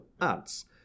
ads